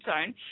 zone